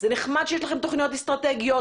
זה נחמד שיש לכם תוכניות אסטרטגיות,